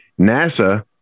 NASA